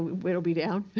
lit be down.